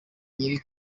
nyiri